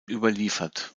überliefert